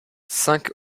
cinq